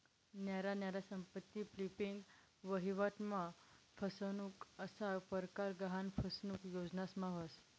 न्यारा न्यारा संपत्ती फ्लिपिंग, वहिवाट मा फसनुक असा परकार गहान फसनुक योजनास मा व्हस